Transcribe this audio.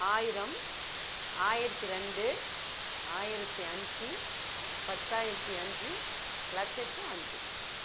ஆயிரம் ஆயிரத்து ரெண்டு ஆயிரத்து அஞ்சு பத்தாயிரத்து அஞ்சு லட்சத்து அஞ்சு